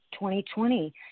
2020